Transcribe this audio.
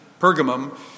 pergamum